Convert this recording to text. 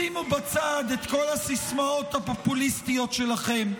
שימו בצד את כל הסיסמאות הפופוליסטיות שלכם.